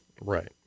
Right